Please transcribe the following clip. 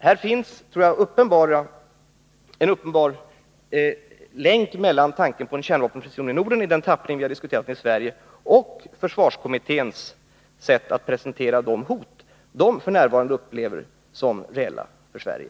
Jag menar att det här finns en uppenbar länk mellan tanken på en kärnvapenfri zon i Norden i den tappning vi diskuterat den i Sverige och försvarskommitténs sätt att presentera de hot kommittén f. n. upplever som reella för Sverige.